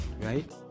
right